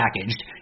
packaged